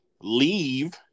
leave –